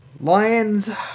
Lions